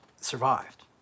survived